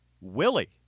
Willie